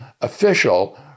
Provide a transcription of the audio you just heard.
official